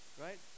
right